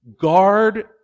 guard